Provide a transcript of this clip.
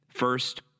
First